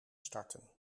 starten